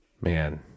Man